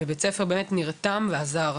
בית הספר נרתם ועזר.